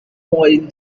wine